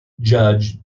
judge